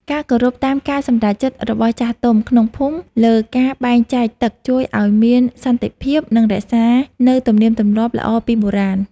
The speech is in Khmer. ការគោរពតាមការសម្រេចចិត្តរបស់ចាស់ទុំក្នុងភូមិលើការបែងចែកទឹកជួយឱ្យមានសន្តិភាព និងរក្សានូវទំនៀមទម្លាប់ល្អពីបុរាណ។